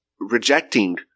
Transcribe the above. rejecting